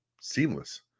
seamless